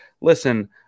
listen